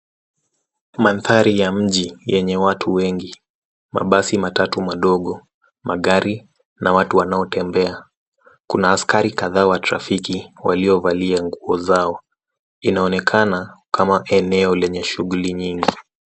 Manthari ya mji yenye watu wengi mabasi matatu madogo, magari na watu wanao tembea. Kuna askari kathaa wa trafiki walio valia ngou zao. Inaonekana kama eneo lenya shughuli nyingi.